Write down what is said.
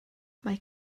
mae